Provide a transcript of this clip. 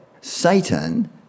Satan